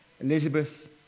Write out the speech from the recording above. Elizabeth